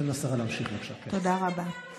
תן לשרה להמשיך, בבקשה.